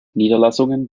niederlassungen